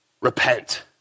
repent